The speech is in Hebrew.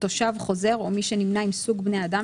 תושב חוזר או מי שנמנה עם סוג בני האדם